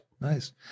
Nice